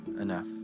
enough